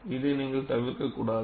இதை நீங்கள் தவிர்க்கக்கூடாது